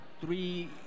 three